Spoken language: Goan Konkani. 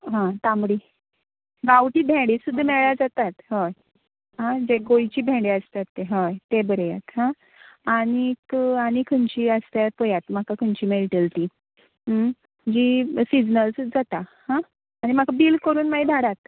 हा तांबडी गांवठी भेडें सुद्दां मेळ्यार जातात हा जे गोंयचें भेडें आसतात हय तें बरयात हा आनीक आनी खंयची आसतात पळयात म्हाका खंयची मेळटली ती सिजनल सुद्दां जातात हा आनी म्हाका बिल करून मागीर धाडात